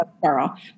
Carl